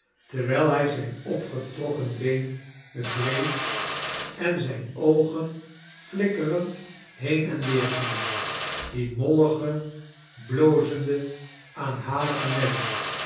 terwijl hij zijn opgetrokken been wreef en zijne oogen flikkerend heen en weer gingen die mollige blozende aanhalige nelly